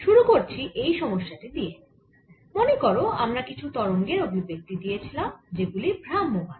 শুরু করছি এই সমস্যা টি দিয়ে মনে করো আমরা কিছু তরঙ্গের অভিব্যক্তি দিয়েছিলাম যেগুলি ভ্রাম্যমাণ